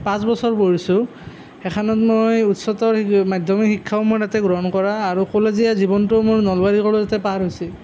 পাঁচ বছৰ পঢ়িছোঁ সেইখনত মই উচ্চতৰ মাধ্যমিক শিক্ষাও মই তাতে গ্ৰহণ কৰা আৰু কলেজীয়া জীৱনটো মোৰ নলবাৰী কলেজতে পাৰ হৈছে